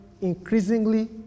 increasingly